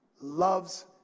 loves